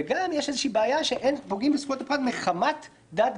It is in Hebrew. יש גם בעיה שאין פוגעים בזכויות הפרט מחמת דת,